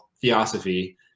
theosophy